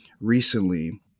recently